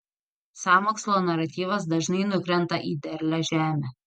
sąmokslo naratyvas dažnai nukrenta į derlią žemę